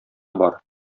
бар